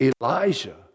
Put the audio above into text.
Elijah